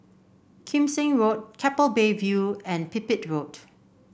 Kim Seng Road Keppel Bay View and Pipit Road